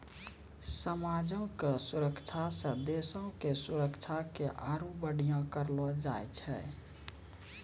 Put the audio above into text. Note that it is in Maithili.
समाजो के सुरक्षा से देशो के सुरक्षा के आरु बढ़िया करलो जाय छै